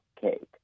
cake